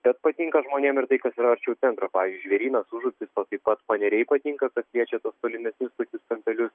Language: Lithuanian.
bet patinka žmonėm ir tai kas yra arčiau centro pavyzdžiui žvėrynas užupis o taip pat paneriai patinka kas liečia tuos tolimesnius tokius kampelius